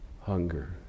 hunger